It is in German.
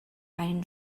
einen